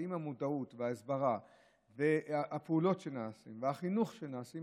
האם המודעות וההסברה והפעולות שנעשות והחינוך שנעשה,